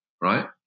right